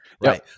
right